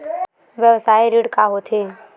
व्यवसाय ऋण का होथे?